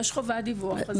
דיווח?